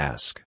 Ask